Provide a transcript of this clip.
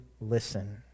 listen